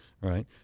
right